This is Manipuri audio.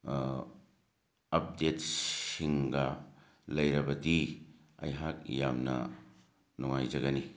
ꯑꯞꯗꯦꯠꯁꯤꯡꯒ ꯂꯩꯔꯕꯗꯤ ꯑꯩꯍꯥꯛ ꯌꯥꯝꯅ ꯅꯨꯡꯉꯥꯏꯖꯒꯅꯤ